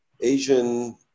Asian